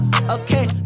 okay